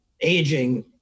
aging